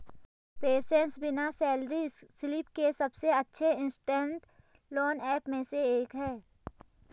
PaySense बिना salary slip के सबसे अच्छे इंस्टेंट लोन ऐप में से एक है